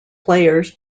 players